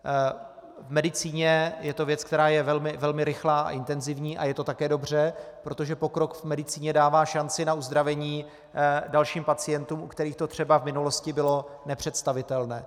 V medicíně je to věc, která je velmi rychlá a intenzivní, a je to také dobře, protože pokrok v medicíně dává šanci na uzdravení dalším pacientům, u kterých to třeba v minulosti bylo nepředstavitelné.